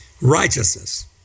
Righteousness